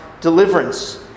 deliverance